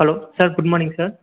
hello sir good morning sir